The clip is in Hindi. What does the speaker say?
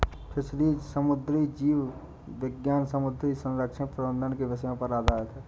फिशरीज समुद्री जीव विज्ञान समुद्री संरक्षण प्रबंधन के विषयों पर आधारित है